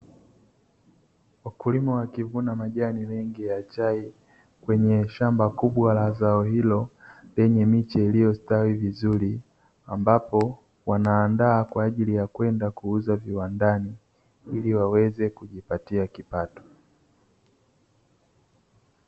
Wakulima wakivuna majani mengi ya chai kwenye shamba kubwa la zao hilo lenye miche iliyostawi vizuri ambapo wanaandaa kwa ajili ya kwenda kuuza viwandani ili waweze kujipatia kipato.